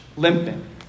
Limping